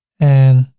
and